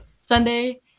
Sunday